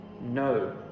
No